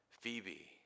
Phoebe